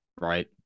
right